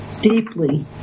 deeply